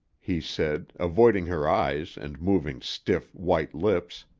he said, avoiding her eyes and moving stiff, white lips